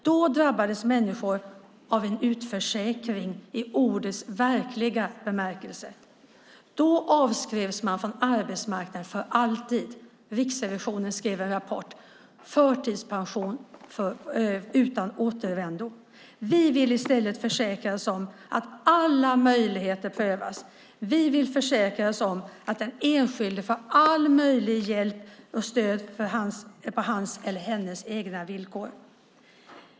Då drabbades människor av en utförsäkring i ordets verkliga bemärkelse. Då avskrevs man från arbetsmarknaden för alltid. Riksrevisionen skrev en rapport: Förtidspension utan återvändo . Vi vill i stället försäkra oss om att alla möjligheter prövas. Vi vill försäkra oss om att den enskilde får all möjlig hjälp på hans eller hennes egna villkor.